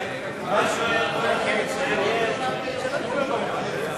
הרכב הוועדה לבחירת שופטים)